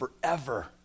forever